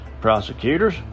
Prosecutors